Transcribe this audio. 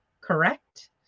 correct